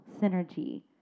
synergy